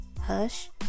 Hush